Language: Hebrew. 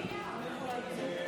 אל תצעקי עליו, זה מפריע.